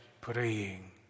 praying